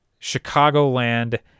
chicagoland